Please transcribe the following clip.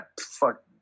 fuck